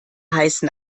heißen